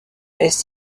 est